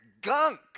gunk